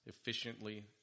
Efficiently